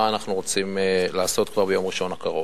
אנחנו רוצים לעשות כבר ביום ראשון הקרוב,